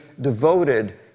devoted